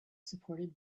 supported